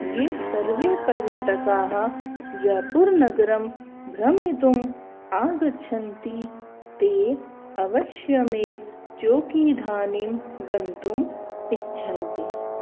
ये सर्वे पर्यटकाः जयपुरनगरं भ्रमितुं आगच्छन्ति ते अवश्यमेव चोखीधानीं गन्तुम् इच्छन्ति